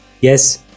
Yes